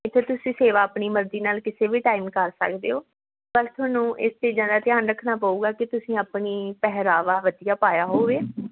ਇੱਥੇ ਤੁਸੀਂ ਸੇਵਾ ਆਪਣੀ ਮਰਜ਼ੀ ਨਾਲ ਕਿਸੇ ਵੀ ਟਾਈਮ ਕਰ ਸਕਦੇ ਹੋ ਬਸ ਤੁਹਾਨੂੰ ਇਸ ਚੀਜ਼ਾਂ ਦਾ ਧਿਆਨ ਰੱਖਣਾ ਪਊਗਾ ਕਿ ਤੁਸੀਂ ਆਪਣੀ ਪਹਿਰਾਵਾ ਵਧੀਆ ਪਾਇਆ ਹੋਵੇ